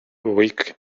week